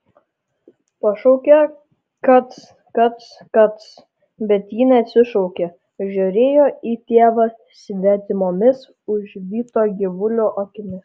pašaukė kac kac kac bet ji neatsišaukė žiūrėjo į tėvą svetimomis užvyto gyvulio akimis